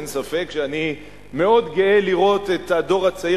אין ספק שאני מאוד גאה לראות את הדור הצעיר